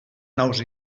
naus